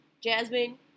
Jasmine